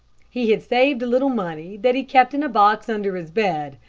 he had saved a little money that he kept in a box under his bed.